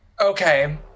Okay